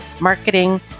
marketing